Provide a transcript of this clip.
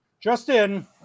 Justin